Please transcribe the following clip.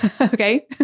Okay